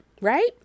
Right